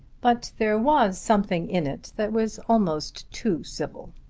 but there was something in it that was almost too civil.